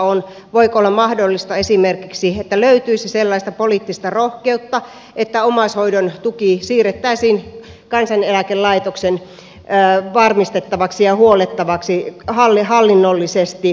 voiko olla mahdollista esimerkiksi että löytyisi sellaista poliittista rohkeutta että omaishoidon tuki siirrettäisiin kansaneläkelaitoksen varmistettavaksi ja huollettavaksi hallinnollisesti